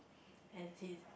and he's